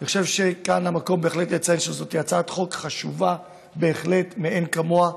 אני חושב שכאן המקום לציין שזוהי הצעת חוק בהחלט חשובה מאין כמוה,